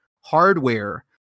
Hardware